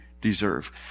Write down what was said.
deserve